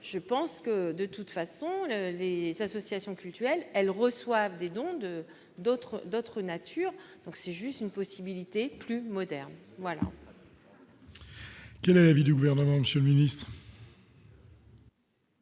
je pense que de toute façon, les associations cultuelles, elle reçoit des dons de d'autre d'autre nature, donc c'est juste une possibilité plus moderne.